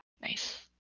nice